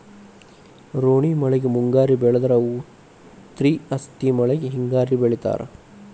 ರೋಣಿ ಮಳೆಗೆ ಮುಂಗಾರಿ ಬೆಳದ್ರ ಉತ್ರಿ ಹಸ್ತ್ ಮಳಿಗೆ ಹಿಂಗಾರಿ ಬೆಳಿತಾರ